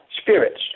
spirits